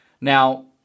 Now